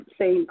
say